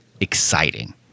exciting